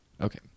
Okay